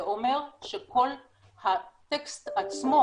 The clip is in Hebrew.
זה אומר שכל הטקסט עצמו